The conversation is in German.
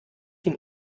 den